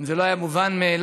זה לא היה מובן מאליו.